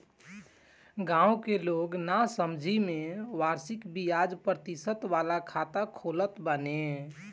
गांव के लोग नासमझी में वार्षिक बियाज प्रतिशत वाला खाता खोलत बाने